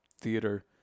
theater